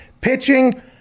pitching